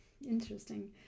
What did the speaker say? interesting